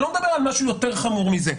אני לא מדבר על משהו יותר חמור מזה.